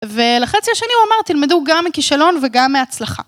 ולחצי השני הוא אמר תלמדו גם מכישלון וגם מהצלחה.